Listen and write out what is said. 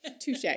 Touche